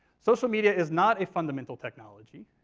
social media is not a fundamental technology.